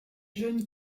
jeune